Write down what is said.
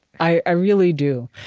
i really do.